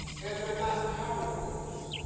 and they're not power brokers.